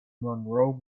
monroe